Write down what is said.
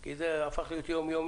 כי זה הפך להיות יום-יומי.